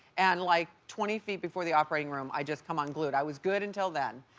and like twenty feet before the operating room i just come unglued. i was good until that,